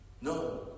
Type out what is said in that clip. No